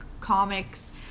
comics